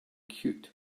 cute